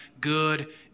good